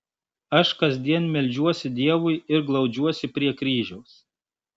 aš kasdien meldžiuosi dievui ir glaudžiuosi prie kryžiaus